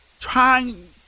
trying